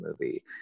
movie